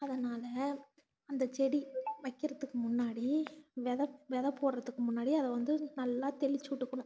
அதனால் அந்த செடி வைக்கிறதுக்கு முன்னாடி விதை விதை போடுறதுக்கு முன்னாடி அதை வந்து நல்லா தெளித்து விட்டுக்கணும்